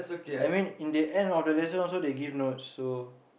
I mean in the end of the lesson also they give notes so